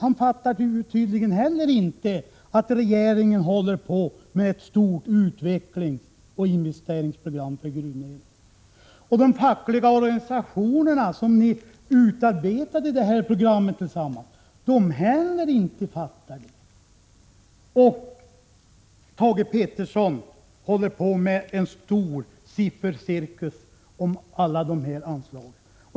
Inte heller han fattar tydligen att regeringen arbetar med ett stort utvecklingsoch investeringsprogram för gruvnäringen. De fackliga organisationerna, med vilka regeringen utarbetade programmet, har inte heller fattat det. Thage Peterson gör en stor siffercirkus av alla de här anslagen.